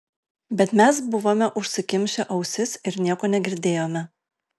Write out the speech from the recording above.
bet mes buvome užsikimšę ausis ir nieko negirdėjome